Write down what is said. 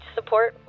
support